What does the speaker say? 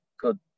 good